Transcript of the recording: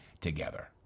together